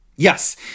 Yes